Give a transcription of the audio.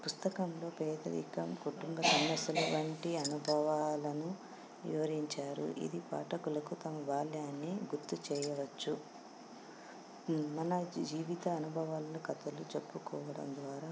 ఈ పుస్తకంలో పేదరికం కుటుంబ సమస్యల వంటి అనుభవాలను వివరించారు ఇది పాటకులకు తమ బాల్యాన్ని గుర్తు చేయవచ్చు మన జీవిత అనుభవాలను కథలు చెప్పికోవడం ద్వారా